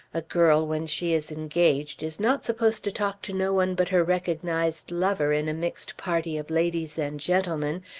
a girl when she is engaged is not supposed to talk to no one but her recognised lover in a mixed party of ladies and gentlemen,